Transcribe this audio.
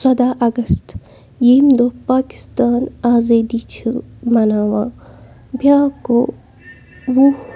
ژۄداہ اَگست ییٚمہِ دۄہ پاکِستان آزٲدی چھِ مَناوان بیٛاکھ گوٚو وُہ